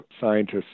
scientists